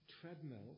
treadmill